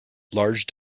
large